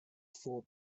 four